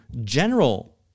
general